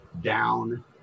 Down